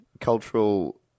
cultural